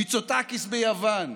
מיצוטאקיס ביוון,